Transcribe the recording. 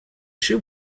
should